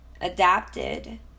adapted